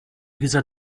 dieser